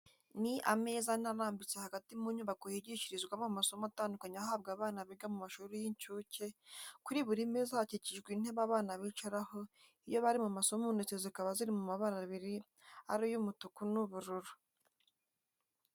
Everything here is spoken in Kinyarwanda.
Ni ameza ane arambitse hagati mu nyubako yigishirizwamo amasomo atandukanye ahabwa abana biga mu mashuri y'incuke, kuri buri meza hakikijwe intebe abana bicaraho iyo bari mu masomo ndetse zikaba ziri mu mabara abiri ari yo umutuku n'ubururu.